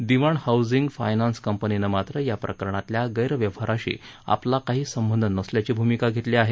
दिवाण housing finance कंपनीन मात्र या प्रकरणातल्या गैरव्यवहाराशी आपला काही संबंध नसल्याची भूमिका घेतली आहे